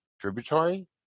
tributary